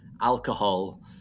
alcohol